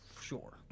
Sure